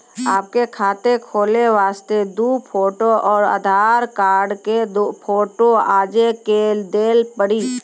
आपके खाते खोले वास्ते दु फोटो और आधार कार्ड के फोटो आजे के देल पड़ी?